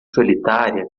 solitária